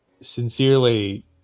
sincerely